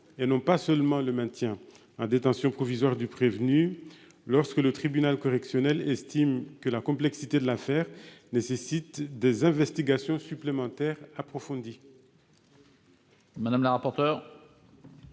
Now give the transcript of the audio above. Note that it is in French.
et non pas seulement le maintien, en détention provisoire du prévenu lorsque le tribunal correctionnel estime que la complexité de l'affaire nécessite des investigations supplémentaires approfondies.